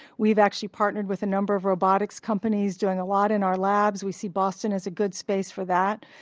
we've actually partnered with a number of robotics companies doing a lot in our labs. we see boston as a good space for that.